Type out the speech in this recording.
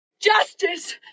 Justice